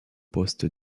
poste